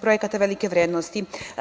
projekata velike vrednosti.